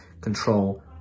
control